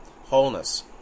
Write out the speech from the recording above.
wholeness